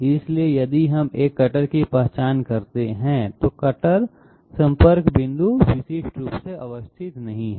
इसलिए यदि हम एक कटर की पहचान करते हैं तो कटर संपर्क बिंदु विशिष्ट रूप से अवस्थित नहीं है